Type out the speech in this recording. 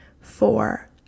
four